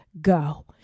go